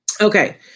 Okay